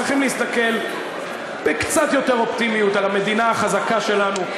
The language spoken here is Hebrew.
צריכים להסתכל בקצת יותר אופטימיות על המדינה החזקה שלנו,